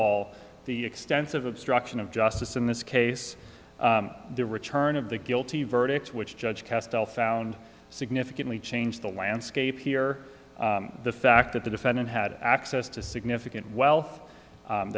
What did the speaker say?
all the extensive obstruction of justice in this case the return of the guilty verdict which judge castile found significantly changed the landscape here the fact that the defendant had access to significant we